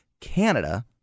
Canada